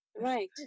Right